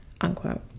unquote